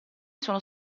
sono